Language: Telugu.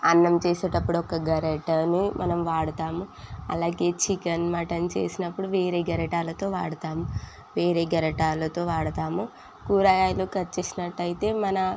అన్నం చేసేటప్పుడు ఒక గరెటని మనం వాడుతాము అలాగే చికెన్ మటన్ చేసినప్పుడు వేరే గరిటెలతో వాడుతాము వేరే గరిటెలతో వాడుతాము కూరగాయలు కట్ చేసినట్టయితే మనా